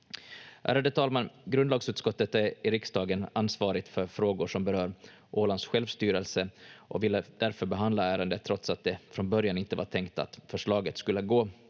Ärade talman! Grundlagsutskottet är i riksdagen ansvarigt för frågor som berör Ålands självstyrelse och ville därför behandla ärendet trots att det från början inte var tänkt att förslaget skulle gå